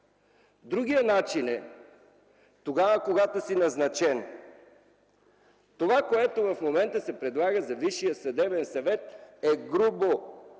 Другият начин е, когато си назначен. Това, което в момента се предлага за Висшия съдебен съвет, е грубо